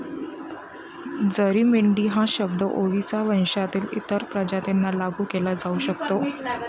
जरी मेंढी हा शब्द ओविसा वंशातील इतर प्रजातींना लागू केला जाऊ शकतो